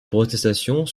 protestations